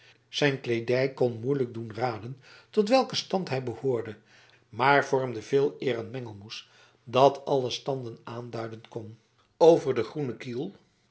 zijn kleedij kon moeilijk doen raden tot welken stand hij behoorde maar vormde veeleer een mengelmoes dat alle standen aanduiden kon over de groene kiel